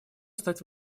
стать